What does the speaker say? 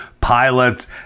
pilots